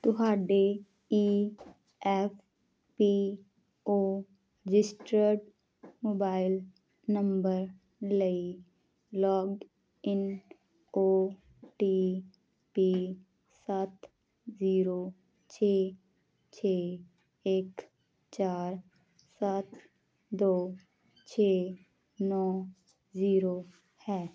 ਤੁਹਾਡੇ E F P O registered mobile number ਲਈ login O T P ਸੱਤ zero ਛੇ ਛੇ ਇੱਕ ਚਾਰ ਸੱਤ ਦੋ ਛੇ ਨੌਂ ਜ਼ੀਰੋ ਹੈ